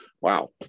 Wow